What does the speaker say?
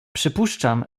przypuszczam